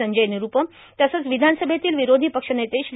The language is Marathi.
संजय निरूपम तसंच विधानसभेतील विरोधी पक्ष नेते श्री